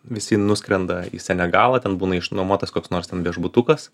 visi nuskrenda į senegalą ten būna išnuomotas koks nors ten viešbutukas